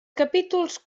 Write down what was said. capítols